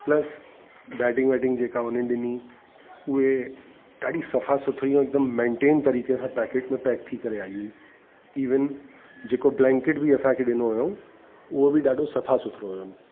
plus dieting वाइटिंग जेका हुननि ॾिनी उहे ॾाढी सफ़ा सुथरी ऐं हिकदमु मैंटेन तरीक़े सां पैकेट में पैक थी करे आई हुई इवन जेको ब्लैंकेट बि असांखे ॾिनो हुओ उहो बि ॾाढो सफ़ा सुथिरो हुओ